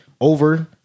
over